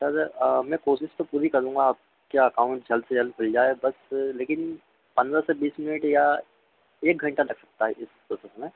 sir मैं कोशिश तो पूरी करूँगा आपके अकाउंट जल्द से जल्द खुल जाए बस लेकिन पन्द्रह से बीस मिनट या एक घंटा लग सकता है इस प्रोसेस में